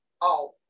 off